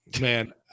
Man